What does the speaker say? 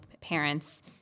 parents